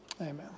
Amen